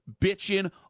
bitching